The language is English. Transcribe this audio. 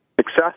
success